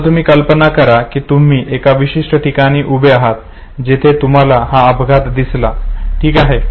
आता तुम्ही स्वतः कल्पना करा की तुम्ही एका विशिष्ट ठिकाणी उभे आहात जिथे तुम्हाला हा अपघात दिसला आहे ठीक आहे